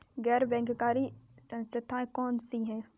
गैर बैंककारी संस्थाएँ कौन कौन सी हैं?